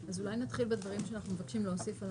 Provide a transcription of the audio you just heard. אז אולי נתחיל בדברים שאנחנו מבקשים להוסיף על